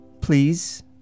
Please